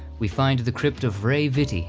we find the crypt of ray vitte.